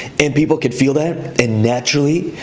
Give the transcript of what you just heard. and people could feel that. and naturally,